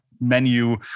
menu